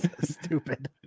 Stupid